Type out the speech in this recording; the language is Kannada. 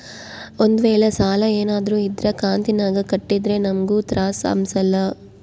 ಒಂದ್ವೇಳೆ ಸಾಲ ಏನಾದ್ರೂ ಇದ್ರ ಕಂತಿನಾಗ ಕಟ್ಟಿದ್ರೆ ನಮ್ಗೂ ತ್ರಾಸ್ ಅಂಸಲ್ಲ